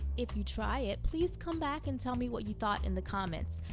if you try it, please come back and tell me what you thought in the comments.